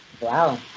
Wow